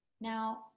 Now